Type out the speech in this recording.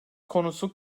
konusu